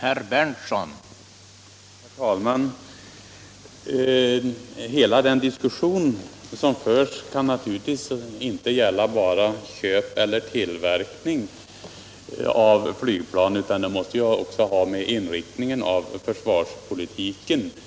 Nr 29 Herr talman! Hela den diskussion som förs kan naturligtvis inte gälla bara köp eller tillverkning av flygplan, utan den måste också ha med inriktningen av försvarspolitiken att göra.